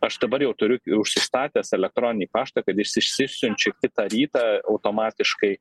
aš dabar jau turiu užsistatęs elektroninį paštą kad is išsisiunčiu kitą rytą automatiškai